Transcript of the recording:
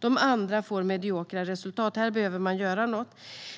De andra får mediokra resultat. Här behöver man göra något.